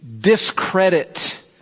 discredit